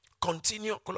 Continue